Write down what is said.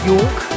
York